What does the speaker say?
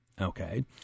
okay